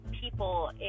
people